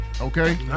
okay